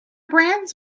brands